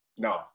No